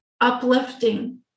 uplifting